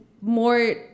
more